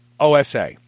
OSA